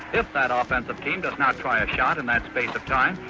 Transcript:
if that offensive team does not try a shot in that space of time,